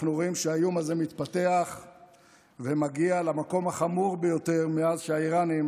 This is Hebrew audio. אנחנו רואים שהאיום הזה מתפתח ומגיע למקום החמור ביותר מאז שהאיראנים